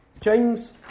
James